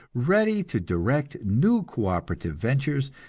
ready to direct new co-operative ventures,